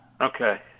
Okay